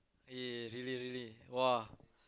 eh really really !wah!